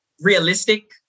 realistic